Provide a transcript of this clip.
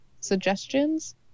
Suggestions